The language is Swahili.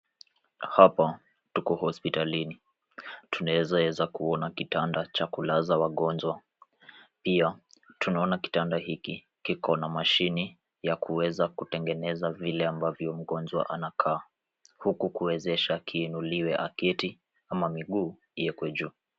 Hapa tuko hospitalini. Tunaeza ona kitanda cha kulaza wagonjwa. Pia tunaona kitanda hiki kiko na mashine ya kuweza kutengeneza vile ambavyo mgonjwa anakaa, huku kuwezesha kiinuliwe aketi, ama miguu iekwe juu.